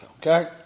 okay